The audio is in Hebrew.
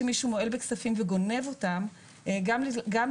ויש לו הכנסה מעסק שהמבחנים שלנו קשורים לנושא וזו כנראה מה